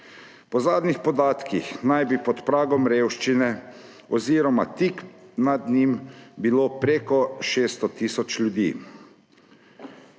Po zadnjih podatkih naj bi pod pragom revščine oziroma tik nad njim bilo več kot 600 tisoč ljudi.